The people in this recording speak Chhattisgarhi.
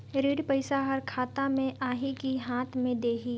ऋण पइसा हर खाता मे आही की हाथ मे देही?